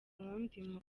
wundi